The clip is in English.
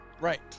Right